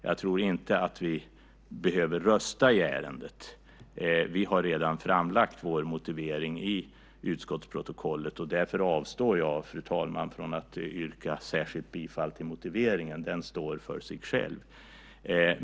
Jag tror inte att vi behöver rösta i ärendet. Vi har redan framlagt vår motivering i utskottsprotokollet, och därför avstår jag, fru talman, från att yrka särskilt bifall till motiveringen. Den står för sig själv.